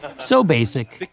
so basic,